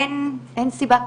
אין סיבה כזאת,